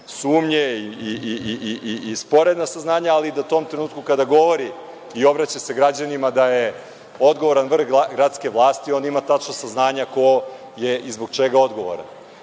sumnje i sporedna saznanja, ali da u tom trenutku, kada govori i obraća se građanima, da je odgovoran vrh gradske vlasti, onda ima tačna saznanja ko je i zbog čega odgovoran. Da